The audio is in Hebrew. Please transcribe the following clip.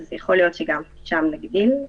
יכול להיות שגם שם נגדיל.